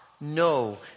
no